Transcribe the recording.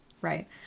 Right